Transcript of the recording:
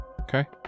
Okay